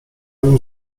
nim